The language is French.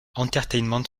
entertainment